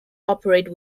operate